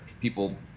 people